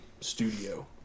studio